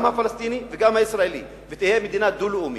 גם הפלסטיני וגם הישראלי, ותהיה מדינה דו-לאומית,